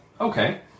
Okay